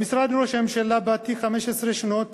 למשרד ראש הממשלה באתי עם 15 שנות